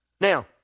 Now